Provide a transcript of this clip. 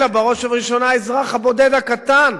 אלא בראש ובראשונה האזרח הבודד הקטן,